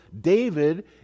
David